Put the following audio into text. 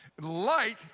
Light